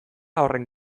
horren